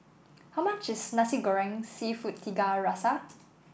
how much is Nasi Goreng seafood Tiga Rasa